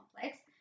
complex